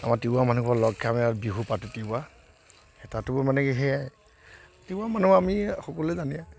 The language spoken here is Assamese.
আমাৰ তিৱা মানুহসোপা লগ খাই আমি মানে বিহু পাতোঁ তিৱা তাতো মানে কি সেয়াই তিৱা মানুহ আমি সকলোৱে জানে